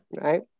Right